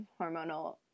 hormonal